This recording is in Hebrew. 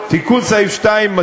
ואם לא,